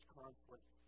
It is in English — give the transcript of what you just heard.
conflict